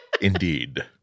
indeed